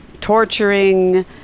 torturing